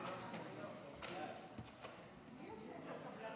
חוק שירות המדינה